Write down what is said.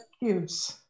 excuse